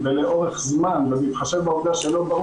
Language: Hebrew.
כולל דיונים אך ורק למגזר הלא יהודי,